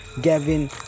Gavin